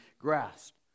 grasped